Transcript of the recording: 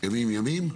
ימים ימים?